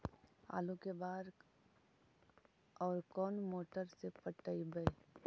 आलू के बार और कोन मोटर से पटइबै?